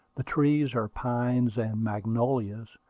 the trees are pines and magnolias,